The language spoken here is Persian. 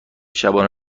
شبانه